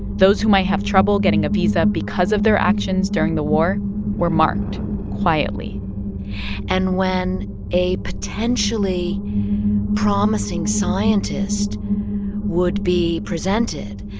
those who might have trouble getting a visa visa because of their actions during the war were marked quietly and when a potentially promising scientist would be presented,